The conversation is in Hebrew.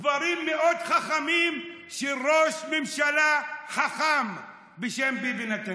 דברים מאוד חכמים של ראש ממשלה חכם בשם ביבי נתניהו.